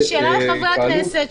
זאת שאלה לחברי הכנסת,